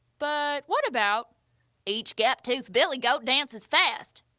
but what about each gaptoothed billygoat dances fast.